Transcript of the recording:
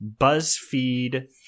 BuzzFeed